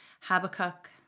Habakkuk